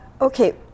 Okay